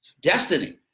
destiny